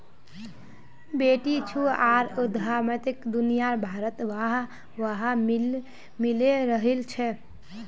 बेटीछुआर उद्यमिताक दुनियाभरत वाह वाह मिले रहिल छे